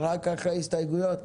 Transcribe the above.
רק אחרי ההסתייגויות?